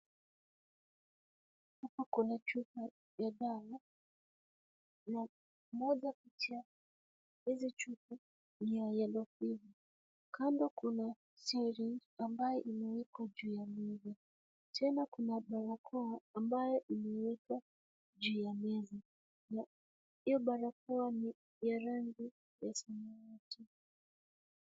Hapa kuna chupa ya dawa na moja kati ya hizi chupa ni ya yellow fever . Kando kuna syringe ambayo imewekwa juu ya meza. Tena kuna barakoa ambayo imewekwa juu ya meza na hiyo barakoa ni ya rangi ya samawati.